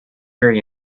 very